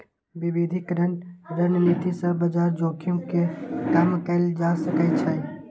विविधीकरण रणनीति सं बाजार जोखिम कें कम कैल जा सकै छै